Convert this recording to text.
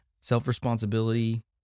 self-responsibility